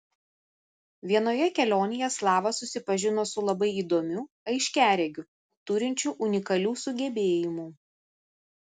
vienoje kelionėje slava susipažino su labai įdomiu aiškiaregiu turinčiu unikalių sugebėjimų